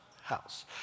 house